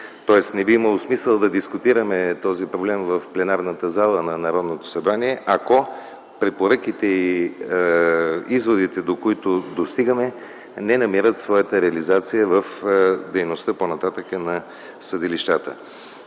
Тоест не би имало смисъл да дискутираме този проблем в пленарната зала на Народното събрание, ако препоръките и изводите, до които достигаме, не намират своята реализация по-нататък в дейността на съдилищата.